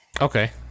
Okay